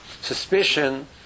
suspicion